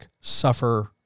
suffer